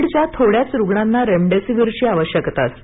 कोविडच्या थोड्याच रुग्णांना रेमडेसिवीरची आवश्यकता असते